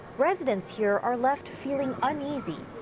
residents here are left feeling uneasy.